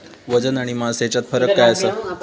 वजन आणि मास हेच्यात फरक काय आसा?